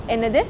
என்னது:ennathu